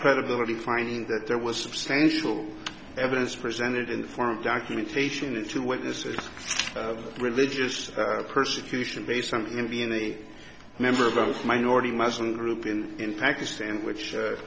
credibility finding that there was substantial evidence presented in the form documentation and to witnesses of religious persecution based on him being a member of a minority muslim group and in pakistan which